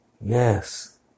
Yes